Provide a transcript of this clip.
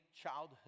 childhood